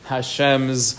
Hashem's